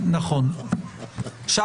כלומר לא מוותרים על